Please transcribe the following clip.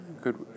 good